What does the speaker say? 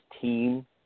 team